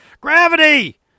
gravity